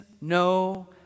no